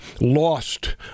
Lost